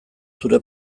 zure